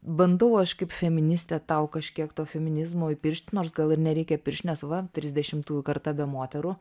bandau aš kaip feministė tau kažkiek to feminizmo įpiršti nors gal ir nereikia piršt nes va trisdešimtųjų karta be moterų